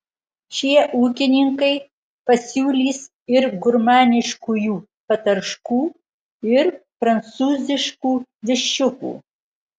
šie ūkininkai pasiūlys ir gurmaniškųjų patarškų ir prancūziškų viščiukų